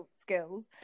skills